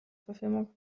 verfilmung